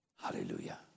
Hallelujah